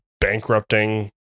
bankrupting